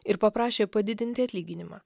ir paprašė padidinti atlyginimą